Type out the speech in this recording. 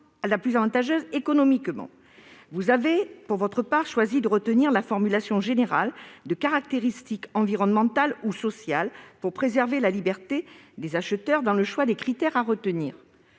la plus avantageuse économiquement. Vous avez pour votre part choisi de retenir la formulation générale de « caractéristiques environnementales ou sociales » pour préserver la liberté des acheteurs de choisir les critères à retenir.